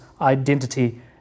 identity